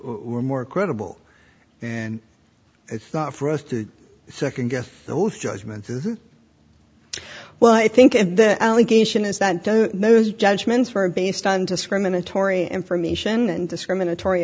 were more credible and if not for us to second guess the oath judgments as well i think and the allegation is that those judgments were based on discriminatory information and discriminatory